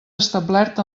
establert